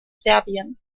serbien